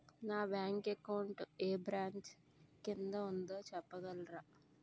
నా bank account ఏ branch కిందా ఉందో చెప్పగలరా?